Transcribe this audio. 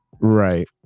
right